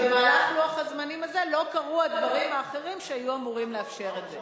במהלך לוח הזמנים הזה לא קרו הדברים האחרים שהיו אמורים לאפשר את זה.